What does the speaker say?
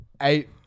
eight